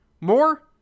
more